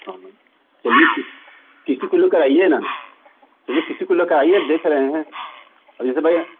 हाँ हाँ चलिए फिर किसी को लेकर कर आइए ना चलिए किसी को ल कर आइए देख रहे हैं जैसे भाई